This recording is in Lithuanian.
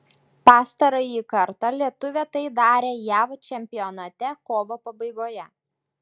pastarąjį kartą lietuvė tai darė jav čempionate kovo pabaigoje